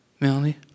Melanie